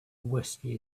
whiskey